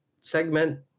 segment